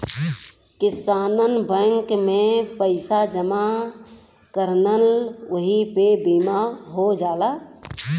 किसानन बैंक में पइसा जमा करलन वही पे बीमा हो जाला